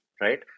right